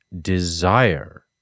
desire